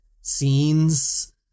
scenes